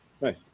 Nice